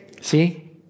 See